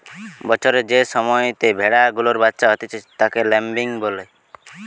বছরের যে সময়তে ভেড়া গুলার বাচ্চা হতিছে তাকে ল্যাম্বিং বলে